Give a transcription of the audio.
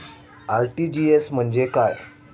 RTGS म्हणजे काय?